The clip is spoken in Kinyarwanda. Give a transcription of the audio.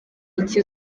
iki